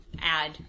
add